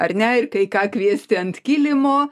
ar ne kai ką kviesti ant kilimo